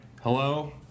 Hello